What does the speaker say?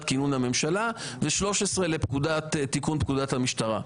כינון הממשלה ו-13 לתיקון פקודת המשטרה.